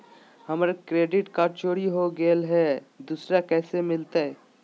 हमर credit card चोरी हो गेलय हई, दुसर कैसे मिलतई?